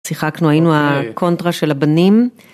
שיחקנו היינו הקונטרה של הבנים.